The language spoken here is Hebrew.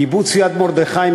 קיבוץ יד-מרדכי,